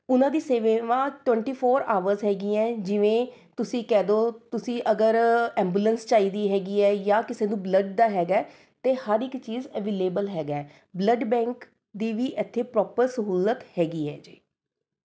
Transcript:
ਉਹਨਾਂ ਦੀਆਂ ਸੇਵਾਵਾਂ ਟਵੰਟੀ ਫੋਰ ਆਵਰਸ ਹੈਗੀਆ ਏ ਜਿਵੇਂ ਤੁਸੀਂ ਕਹਿ ਦੋ ਤੁਸੀਂ ਅਗਰ ਐਂਬੂਲੈਂਸ ਚਾਹੀਦੀ ਹੈਗੀ ਹੈ ਜਾਂ ਕਿਸੇ ਨੂੰ ਬਲੱਡ ਦਾ ਹੈਗਾ ਹੈ ਅਤੇ ਹਰ ਇੱਕ ਚੀਜ਼ ਅਵੇਲੇਵਲ ਹੈਗਾ ਹੈ ਬਲੱਡ ਬੈਂਕ ਦੀ ਵੀ ਇੱਥੇ ਪਰੋਪਰ ਸਹੂਲਤ ਹੈਗੀ ਹੈ ਜੀ